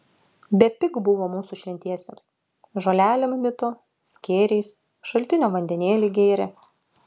bepig buvo mūsų šventiesiems žolelėm mito skėriais šaltinio vandenėlį gėrė